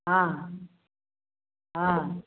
हँ हँ